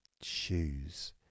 shoes